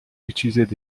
utilisaient